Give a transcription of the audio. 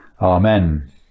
Amen